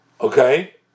okay